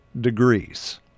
degrees